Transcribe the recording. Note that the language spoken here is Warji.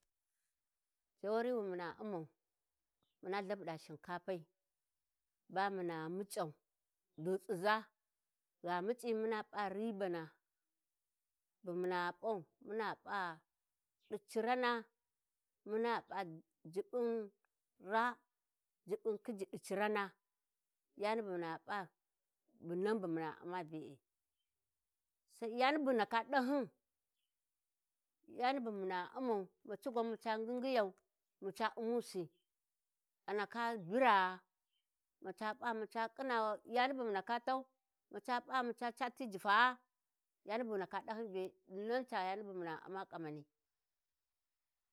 Jawari wi muna u'mau, mun lhabuɗa shinkapai, ba muna muc'au dighiza gha muc'i muna p'a ribana bu muna p'au muna p'a ɗi cirana muna p'a juɓɓun raa juɓɓun Κhiji ɗi cirana yani bu muna p'a dinnan bu muna u'ma be'e, sai yani bughi ndaka ɗahyin yani bu muna u'mau maci gwan mu ca ghinghiyau maca u'mu si a ndaka biraa, muca p'a ma ca ƙhina yanı bu mu ndaka tau, maca p'a maca cati jifaa yani bu ghi ndaka ɗahyin be nan ta yani bu muna u'ma ƙamani.